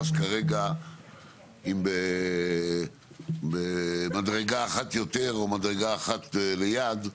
ואני לא נכנס כרגע אם במדרגה אחת יותר או מדרגה אחת ליד,